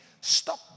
Stop